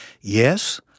yes